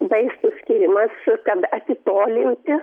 vaistų skyrimas kad atitolinti